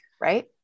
right